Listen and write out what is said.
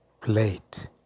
plate